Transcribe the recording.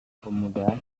pemuda